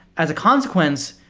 as a consequence,